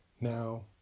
Now